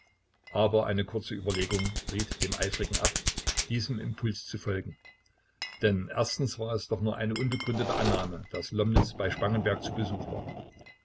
aber eine kurze überlegung riet dem eifrigen ab diesem impulse zu folgen denn erstens war es doch nur eine unbegründete annahme daß lomnitz bei spangenberg zu besuch war